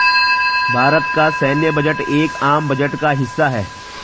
भारत का सैन्य बजट एक आम बजट का हिस्सा है